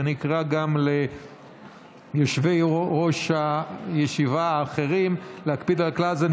ואני אקרא גם ליושבי-ראש הישיבה האחרים להקפיד על הכלל הזה.